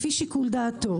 לפי שיקול דעתו,